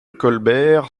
colbert